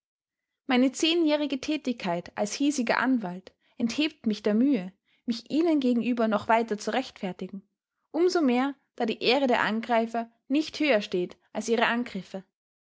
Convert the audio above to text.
meine zehnjährige tätigkeit als hiesiger anwalt enthebt mich der mühe mich ihnen gegenüber noch weiter zu rechtfertigen um so mehr da die ehre der angreifer nicht höher steht als ihre angriffe